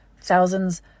thousands